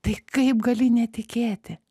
tai kaip gali netikėti